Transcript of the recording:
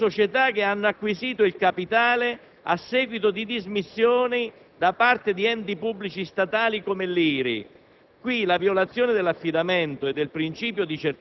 Costituzione riguarda le società che hanno acquisito il capitale a seguito di dismissioni da parte di enti pubblici statali come l'IRI.